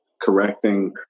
correcting